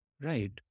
Right